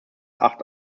acht